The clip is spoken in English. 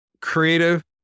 Creative